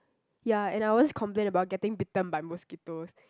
ya and I always complain about getting bitten by mosquitos